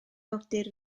awdur